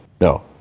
No